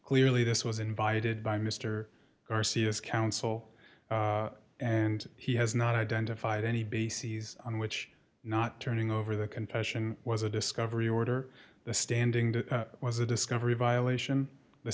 clearly this was invited by mr garcia's counsel and he has not identified any bases on which not turning over the confession was a discovery order the standing was a discovery violation the